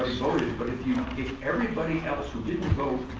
voted but if you know if everybody else so didn't vote